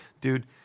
Dude